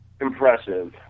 impressive